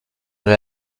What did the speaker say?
elle